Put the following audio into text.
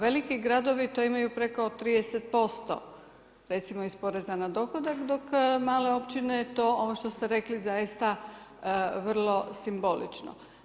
Veliki gradovi to imaju preko 30% recimo iz poreza na dohodak dok male općine to ovo što ste rekli zaista vrlo simbolično.